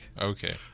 Okay